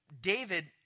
David